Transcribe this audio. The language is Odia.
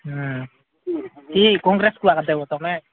ଉଁ କିଏ କଂଗ୍ରେସକୁ ଏକା ଦେବ ତୁମେ